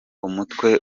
umutwe